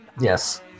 Yes